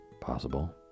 possible